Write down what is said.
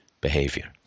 behavior